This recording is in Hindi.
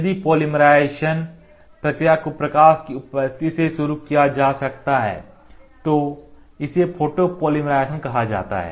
यदि पॉलीमराइज़ेशन प्रक्रिया को प्रकाश की उपस्थिति से शुरू किया जा सकता है तो इसे फोटोपॉलीमराइजेशन कहा जाता है